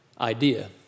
idea